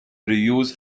reviews